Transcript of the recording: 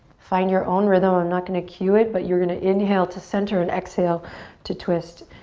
find your own rhythm. i'm not going to cue it, but you're going to inhale to center and exhale to twist.